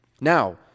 Now